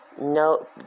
no